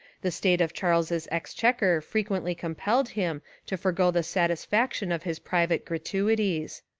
the state of charles's exchequer frequently compelled him to forego the satisfaction of his private gra tuities.